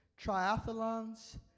triathlons